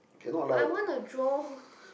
but I want a drone